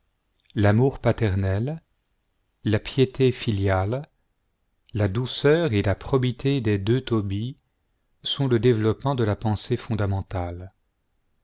l'amour paternel la piété filiale la douceur et la probité des deux tobie sont le développement de la pensée fondamentale